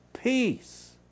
peace